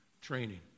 training